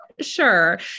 sure